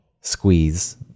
squeeze